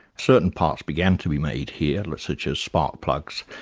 certain parts began to be made here, such as spark-plugs,